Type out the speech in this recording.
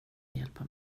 hjälpa